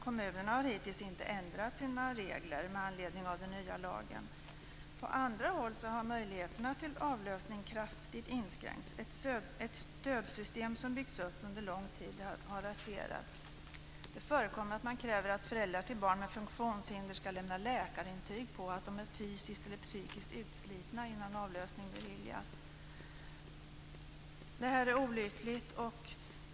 Kommunerna har hittills inte ändrat sina regler med anledning av den nya lagen. På andra håll har möjligheterna till avlösning kraftigt inskränkts. Ett stödsystem som har byggts upp under lång tid har raserats. Det förekommer att man kräver att föräldrar till barn med funktionshinder ska lämna läkarintyg på att de är fysiskt eller psykiskt utslitna innan avlösning beviljas. Det här är olyckligt.